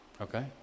Okay